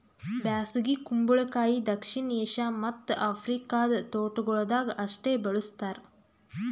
ಬ್ಯಾಸಗಿ ಕುಂಬಳಕಾಯಿ ದಕ್ಷಿಣ ಏಷ್ಯಾ ಮತ್ತ್ ಆಫ್ರಿಕಾದ ತೋಟಗೊಳ್ದಾಗ್ ಅಷ್ಟೆ ಬೆಳುಸ್ತಾರ್